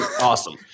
Awesome